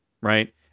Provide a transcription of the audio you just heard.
right